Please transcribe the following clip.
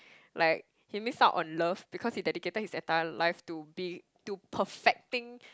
like he missed out on love because he dedicated his entire life to be~ to perfecting